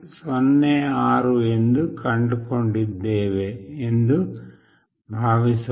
06 ಎಂದು ಕಂಡುಕೊಂಡಿದ್ದೇವೆ ಎಂದು ಭಾವಿಸೋಣ